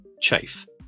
Chafe